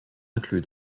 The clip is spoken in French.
inclus